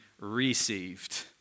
received